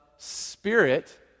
spirit